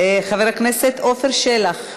חבר הכנסת עפר שלח,